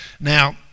Now